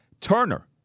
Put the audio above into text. Turner